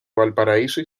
valparaíso